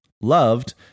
Loved